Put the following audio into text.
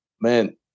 Man